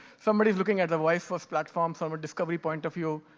somebody's looking at the voice-first platform, from a discovery point of view,